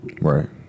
right